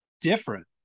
different